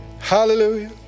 Hallelujah